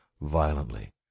violently